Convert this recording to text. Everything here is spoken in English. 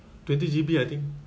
twenty G_B I think